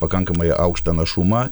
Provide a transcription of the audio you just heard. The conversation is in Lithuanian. pakankamai aukštą našumą